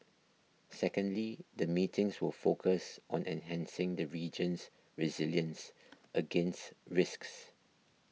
secondly the meetings will focus on enhancing the region's resilience against risks